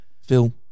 Phil